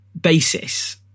basis